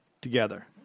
together